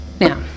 Now